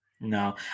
No